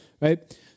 right